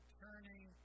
turning